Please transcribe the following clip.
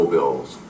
Bill's